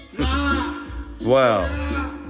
Wow